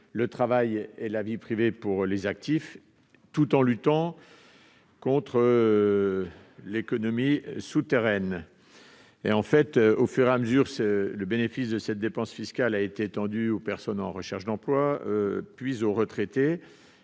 le travail et la vie privée, tout en luttant contre l'économie souterraine. Au fur et à mesure, le bénéfice de cette dépense fiscale a été étendu aux personnes en recherche d'emploi puis aux retraités.